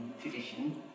tradition